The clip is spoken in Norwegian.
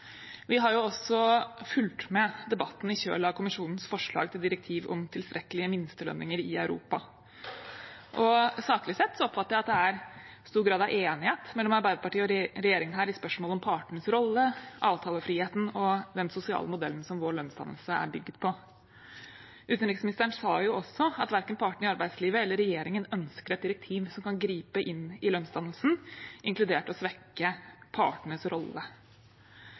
Vi har jo også fulgt med på debatten i kjølvannet av kommisjonens forslag til direktiv om tilstrekkelige minstelønninger i Europa. Saklig sett oppfatter jeg at det er stor grad av enighet mellom Arbeiderpartiet og regjeringen i spørsmål om partenes rolle, avtalefriheten og den sosiale modellen som vår lønnsdannelse er bygget på. Utenriksministeren sa jo også at verken partene i arbeidslivet eller regjeringen ønsker et direktiv som kan gripe inn i lønnsdannelsen, inkludert å svekke partenes rolle.